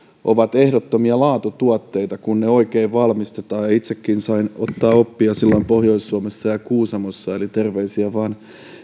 ovat ehdottomia laatutuotteita kun ne oikein valmistetaan itsekin sain ottaa oppia silloin pohjois suomessa ja kuusamossa eli terveisiä vain